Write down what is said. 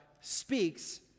speaks